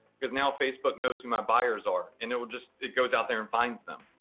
because now facebook knows who my buyers are, and it will just, it goes out there and finds them.